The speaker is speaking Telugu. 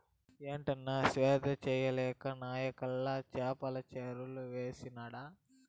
ఏటన్నా, సేద్యం చేయలేక నాకయ్యల చేపల చెర్లు వేసినాడ